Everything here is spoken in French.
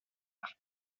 par